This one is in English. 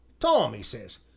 tom, e says,